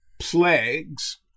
plagues